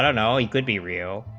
and and all we could be real